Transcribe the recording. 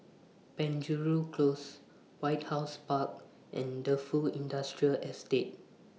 Penjuru Close White House Park and Defu Industrial Estate